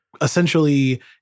essentially